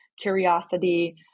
curiosity